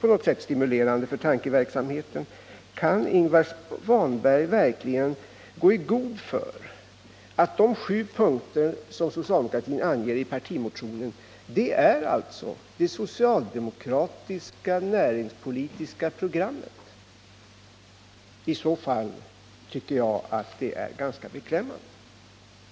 på något sätt verkat stimulerande för tankeverksamheten. Kan Ingvar Svanberg verkligen gå i god för att de sju punkter som socialdemokratin anger i partimotionen är det socialdemokratiska näringspolitiska programmet? I så fall tycker jag att det är ganska beklämmande.